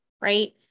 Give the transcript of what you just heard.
Right